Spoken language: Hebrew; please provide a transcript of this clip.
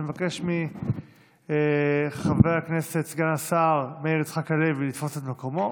אני מבקש מחבר הכנסת סגן השר מאיר יצחק הלוי לתפוס את מקומו.